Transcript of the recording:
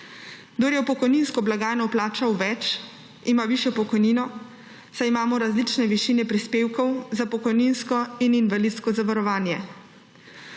Kdor je v pokojninsko blagajno vplačal več, ima višjo pokojnino, saj imamo različne višine prispevkov za pokojninsko in invalidsko zavarovanje.